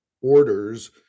orders